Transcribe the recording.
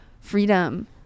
freedom